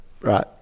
right